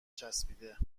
چسبیده